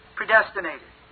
predestinated